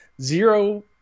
zero